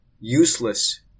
useless